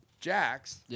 Jax